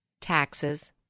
taxes